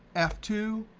f two,